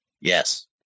Yes